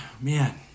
man